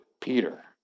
Peter